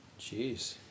Jeez